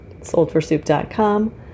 soldforsoup.com